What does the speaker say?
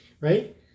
right